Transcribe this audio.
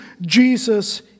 Jesus